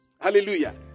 Hallelujah